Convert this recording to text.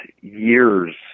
years